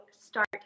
start